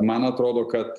man atrodo kad